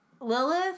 Lilith